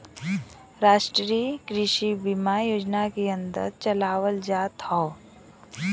राष्ट्रीय कृषि बीमा योजना के अन्दर चलावल जात हौ